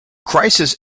crisis